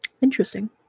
Interesting